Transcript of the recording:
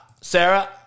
Sarah